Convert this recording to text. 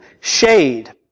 shade